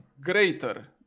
greater